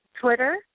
Twitter